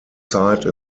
site